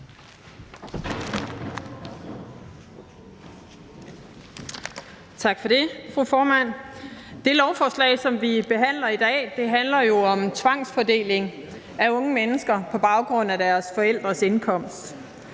Tak for det, fru formand. Det lovforslag, som vi behandler i dag, handler jo om tvangsfordeling af unge mennesker på baggrund af deres forældres indkomst.